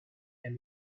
can